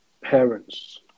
Parents